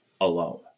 alone